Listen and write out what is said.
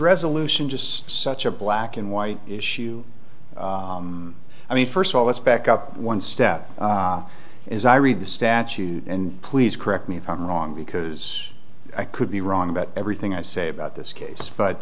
resolution just such a black and white issue i mean first of all let's back up one step is i read the statute and please correct me if i'm wrong because i could be wrong about everything i say about this case but